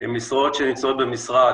הן משרות שנמצאות במשרד,